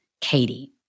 Katie